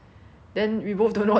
then we both don't know what to say